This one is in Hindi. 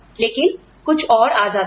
लेकिन कुछ और आ जाता है